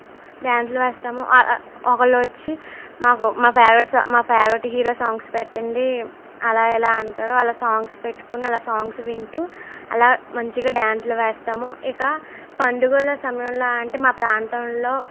డ్యాన్స్లు వేస్తాము ఒకరు వచి మాకు మా ఫేవరెట్ మా ఫేవరెట్ హీరో సాంగ్స్ పెట్టండి అలా ఇలా అంటారు అలా సాంగ్స్ పెట్టుకుని అలా సాంగ్స్ వింటూ అలా మంచిగా డ్యాన్స్లు వేస్తాము ఇక పండుగల సమయంలో అంటే మా ప్రాంతంలో